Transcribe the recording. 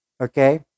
okay